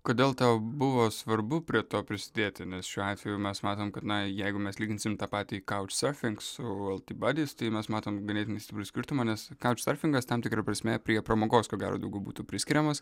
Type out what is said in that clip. kodėl tau buvo svarbu prie to prisidėti nes šiuo atveju mes matom kad na jeigu mes lyginsim tą patį kautšsurfing su el ti badis tai mes matom ganėtinai stiprų skirtumą nes kautšsurfingas tam tikra prasme prie pramogos ko gero daugiau būtų priskiriamas